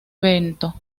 evento